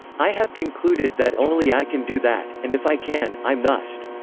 i have concluded that only i can do that, and if i can, i must.